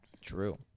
True